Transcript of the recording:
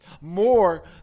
more